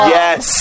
yes